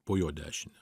po jo dešine